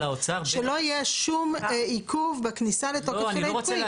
שלא יהיה שום עיכוב בכניסה לתוקף של החוק.